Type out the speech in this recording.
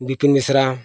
Bipin Besra